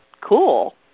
cool